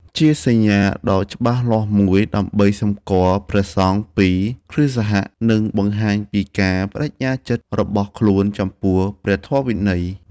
ជាសញ្ញាដ៏ច្បាស់លាស់មួយដើម្បីសម្គាល់ព្រះសង្ឃពីគ្រហស្ថ និងបង្ហាញពីការប្តេជ្ញាចិត្តរបស់ខ្លួនចំពោះព្រះធម៌វិន័យ។